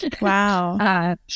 wow